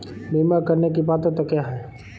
बीमा करने की पात्रता क्या है?